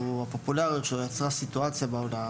הפופולריות שלו יצרה סיטואציה בעולם,